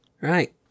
right